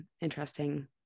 interesting